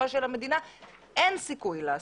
מה שלמדינה אין סיכוי לעשות.